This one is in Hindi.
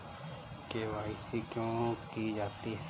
के.वाई.सी क्यों की जाती है?